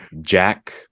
jack